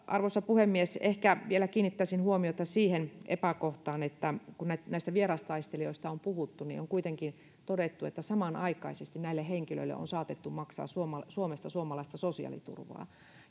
arvoisa puhemies ehkä vielä kiinnittäisin huomiota siihen epäkohtaan että kun näistä vierastaistelijoista on puhuttu on kuitenkin todettu että samanaikaisesti näille henkilöille on saatettu maksaa suomesta suomesta suomalaista sosiaaliturvaa